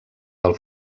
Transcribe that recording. del